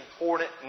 important